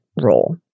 role